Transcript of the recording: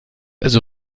also